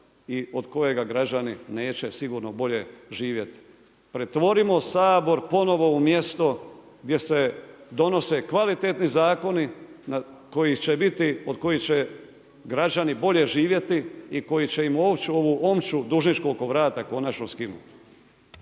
i od kojega građani neće sigurno bolje živjeti. Pretvorimo Sabor ponovno u mjesto gdje se donose kvalitetni zakoni koji će biti, od kojih će građani bolje živjeti i koji će im moći ovu omču dužničku oko vrata konačno skinuti.